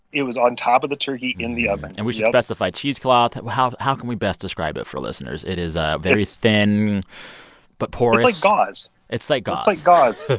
it was on top of the turkey in the oven and we should specify cheesecloth how how can we best describe it for listeners? it is ah very thin but porous it's like gauze it's like gauze it's like gauze. yeah,